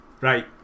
right